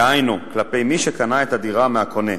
דהיינו כלפי מי שקנה את הדירה מהקונה.